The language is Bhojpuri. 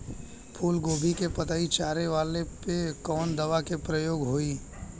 फूलगोभी के पतई चारे वाला पे कवन दवा के प्रयोग होई?